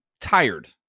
tired